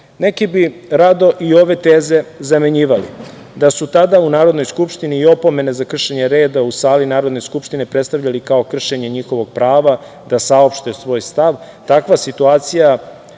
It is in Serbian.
bi rado i ove teze zamenjivali da su tada u Narodnoj skupštini i opomene za kršenje reda u sali Narodne skupštine predstavljali kao kršenje njihovog prava da saopšte svoj stav, takvih situacija